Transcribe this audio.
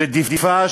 של רדיפה,